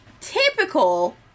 typical